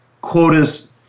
quotas